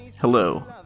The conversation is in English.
Hello